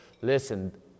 Listen